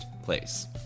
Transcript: place